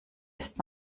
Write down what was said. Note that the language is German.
ist